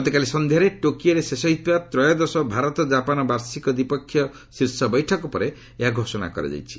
ଗତକାଲି ସନ୍ଧ୍ୟାରେ ଟୋକିଓରେ ଶେଷ ହୋଇଥିବା ତ୍ରୟୋଦଶ ଭାରତ ଜାପାନ ବାର୍ଷିକ ଦ୍ୱିପକ୍ଷୀୟ ଶୀର୍ଷ ବୈଠକ ପରେ ଏହା ଘୋଷଣା କରାଯାଇଛି